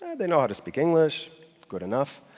they know how to speak english, good enough,